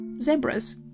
zebras